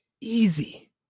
easy